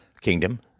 kingdom